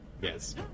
Yes